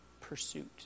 pursuit